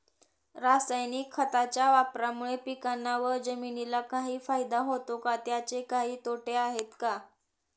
रासायनिक खताच्या वापरामुळे पिकांना व जमिनीला काही फायदा होतो का? त्याचे काही तोटे आहेत का?